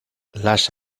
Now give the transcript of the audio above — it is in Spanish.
las